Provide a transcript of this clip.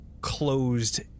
closed